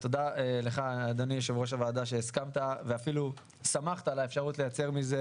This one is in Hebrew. תודה לך אדוני יושב-ראש הוועדה שהסכמת ואף שמחת על האפשרות לייצר מזה